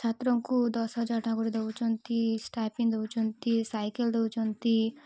ଛାତ୍ରଙ୍କୁ ଦଶ ହଜାର ଟଙ୍କାରେ ଦେଉଛନ୍ତି ଷ୍ଟାଇପେଣ୍ଡ ଦେଉଛନ୍ତି ସାଇକେଲ ଦେଉଛନ୍ତି